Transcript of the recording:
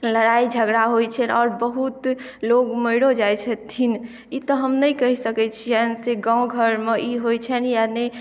लड़ाई झगड़ा होइ छै आओर बहुत लोग मरियो जाइ छथिन ई तऽ हम नहि कहि सकैत छियनि से गांव घरमें ई होइ छनि या नहि